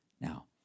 Now